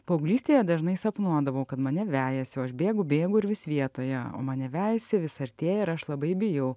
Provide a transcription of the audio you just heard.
paauglystėje dažnai sapnuodavau kad mane vejasi o aš bėgu bėgu ir vis vietoje o mane vejasi vis artėja ir aš labai bijau